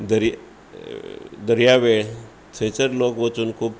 दर्य दर्या वेळ थंयसर लोक वचून खूब